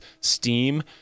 steam